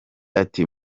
ati